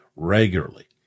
regularly